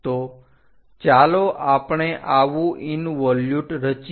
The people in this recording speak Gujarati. તો ચાલો આપણે આવું ઇન્વોલ્યુટ રચીએ